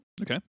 okay